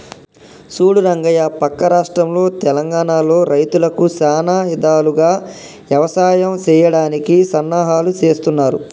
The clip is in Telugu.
సూడు రంగయ్య పక్క రాష్ట్రంలో తెలంగానలో రైతులకు సానా ఇధాలుగా యవసాయం సెయ్యడానికి సన్నాహాలు సేస్తున్నారు